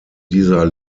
dieser